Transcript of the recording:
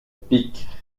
pique